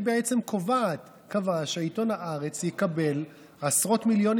היא בעצם קובעת שעיתון הארץ יקבל אולי עשרות מיליונים